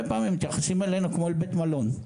פעמים מתייחסים אלינו כמו אל בית מלון.